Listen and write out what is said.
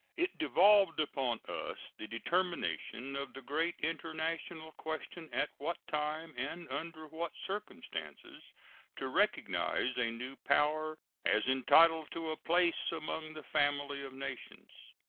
it devolved upon us the determination of the great international question at what time and under what circumstances to recognize a new power as entitled to a place among the family of nations.